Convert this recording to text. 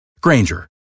Granger